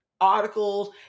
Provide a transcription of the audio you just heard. articles